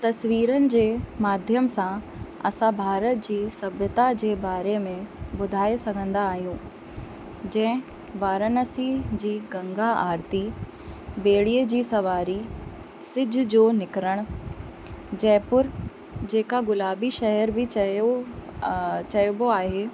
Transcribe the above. तस्वीरनि जे माध्यम सां असां भारत जी सभ्यता जे बारे में ॿुधाए सघंदा आहियूं जीअं वारानसी जी गंगा आरिती ॿेड़ीअ जी सवारी सिज जो निकिरणु जयपुर जेका गुलाबी शहर बि चयो चइबो आहे